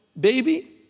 baby